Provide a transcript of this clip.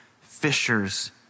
fishers